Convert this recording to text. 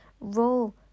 Roll